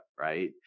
right